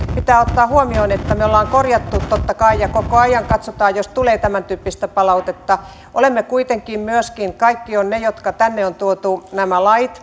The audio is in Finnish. pitää ottaa huomioon että me olemme totta kai korjanneet ja koko ajan katsomme jos tulee tämäntyyppistä palautetta kuitenkin myöskin kaikki ne lait jotka tänne on tuotu